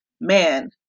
man